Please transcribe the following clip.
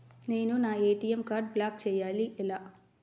నేను నా ఏ.టీ.ఎం కార్డ్ను బ్లాక్ చేయాలి ఎలా?